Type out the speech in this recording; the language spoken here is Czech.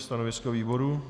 Stanovisko výboru?